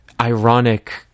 ironic